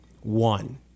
One